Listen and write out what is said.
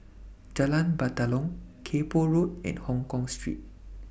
Jalan Batalong Kay Poh Road and Hongkong Street